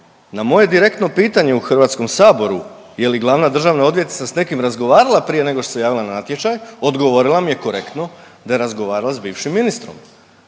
na moje direktno pitanje u HS-u je li glavna državna odvjetnica s nekim razgovarala prije nego što se javila za natječaj odgovorila mi je korektno da je razgovarala s bivšim ministrom.